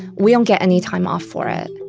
we don't get any time off for it